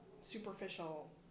superficial